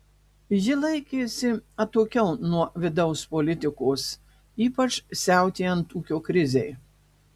ji laikėsi atokiau nuo vidaus politikos ypač siautėjant ūkio krizei